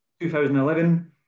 2011